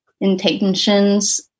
intentions